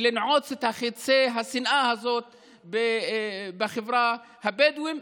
לנעוץ את חיצי השנאה הזאת בחברה הבדואית,